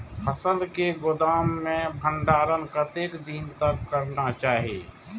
फसल के गोदाम में भंडारण कतेक दिन तक करना चाही?